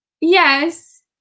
Yes